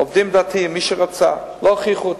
עובדים דתיים, מי שרצה, לא הכריחו אותם.